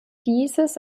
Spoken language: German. dieses